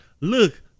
look